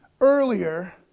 earlier